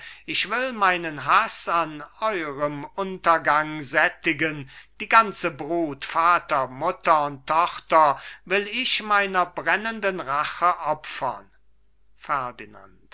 ich will meinen haß an eurem untergang sättigen die ganze brut vater mutter und tochter will ich meiner brennenden rache opfern